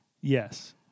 Yes